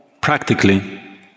practically